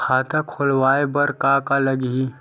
खाता खुलवाय बर का का लगही?